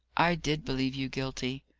i did believe you guilty.